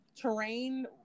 terrain